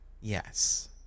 yes